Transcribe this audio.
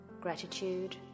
Gratitude